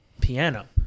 piano